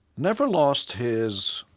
never lost his